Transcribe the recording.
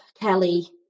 Kelly